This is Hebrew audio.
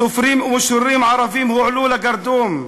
סופרים ומשוררים ערבים הועלו לגרדום.